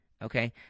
Okay